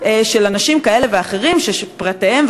של אנשים כאלה ואחרים שפרטיהם,